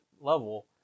level